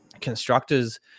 constructors